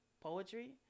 poetry